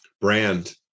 Brand